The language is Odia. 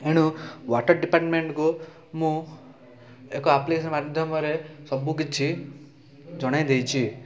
ଏଣୁ ୱାଟର୍ ଡିପାର୍ଟମେଣ୍ଟ୍କୁ ମୁଁ ଏକ ଆପ୍ଲିକେସନ୍ ମାଧ୍ୟମରେ ସବୁ କିଛି ଜଣାଇ ଦେଇଛି